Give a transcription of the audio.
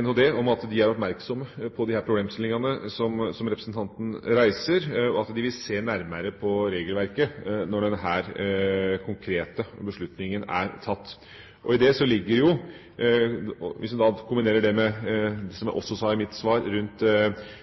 NHD at de er oppmerksomme på disse problemstillingene som representanten reiser, og at de vil se nærmere på regelverket når denne konkrete beslutningen er tatt. I det ligger det jo, hvis man kombinerer det med det